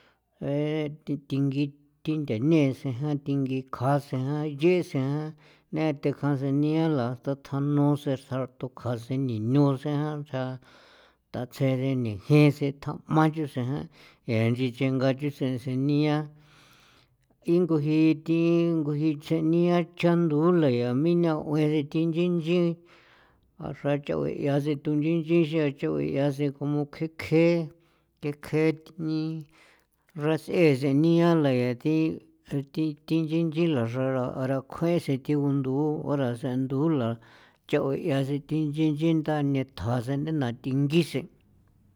Jee thi thingithi nthenee sen jan thingi kjasen jan anchisen jan nethe kjasen niala ta thjanu sen serto kjasen ni nusen jan nchja tatsjeri nejin sen tja'ma nchu sen jan ian nchi chi ngathu sen se nia ingu jii thi ngu jii chania chandula yaa men nthaoen thi nchinchin a xrachaoe thi situ inchichin xachoo yasekomo kjekje kjekje thi ni ras'ee senia laya thi thi thi nchinchin laxra ra rakjueen sen thi gundu rasen ndula chao ian sen thi nchi nchi chindanetja sen ne na thingii sen'.